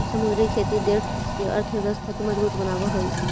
समुद्री खेती देश के अर्थव्यवस्था के मजबूत बनाब हई